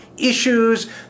issues